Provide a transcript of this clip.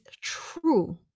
true